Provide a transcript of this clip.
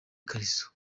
ikariso